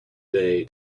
they